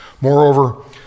Moreover